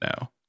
now